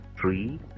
three